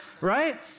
right